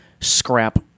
scrap